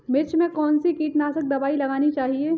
मिर्च में कौन सी कीटनाशक दबाई लगानी चाहिए?